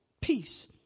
peace